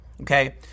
Okay